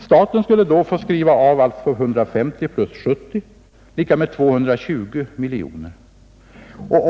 Staten skulle då få avskriva 150 miljoner plus 70 miljoner, eller totalt 220 miljoner kronor.